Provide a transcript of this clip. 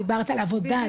דיברת על עבודה,